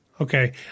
Okay